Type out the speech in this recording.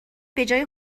بجای